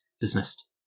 Dismissed